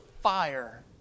fire